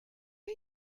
are